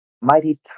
mighty